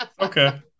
Okay